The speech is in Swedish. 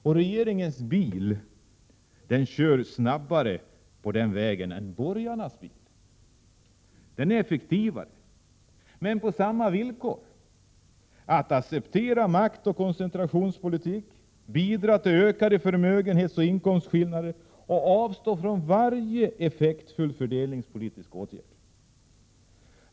Och regeringens bil kör snabbare på den vägen än borgarnas bil — den är effektivare. Men det är samma villkor: att acceptera maktoch koncentrationspolitik, bidra till ökade förmögenhetsoch inkomstskillnader samt avstå från varje effektiv fördelningspolitisk åtgärd.